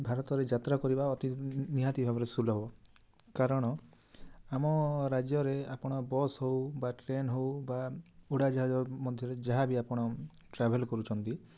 ଭାରତରେ ଯାତ୍ରା କରିବା ଅତି ନିହାତି ଭାବରେ ସୁଲଭ କାରଣ ଆମ ରାଜ୍ୟରେ ଆପଣ ବସ୍ ହଉ ବା ଟ୍ରେନ ହଉ ବା ଉଡ଼ାଜାହାଜ ମଧ୍ୟରେ ଯାହା ବି ଆପଣ ଟ୍ରାଭେଲ୍ କରୁଛନ୍ତି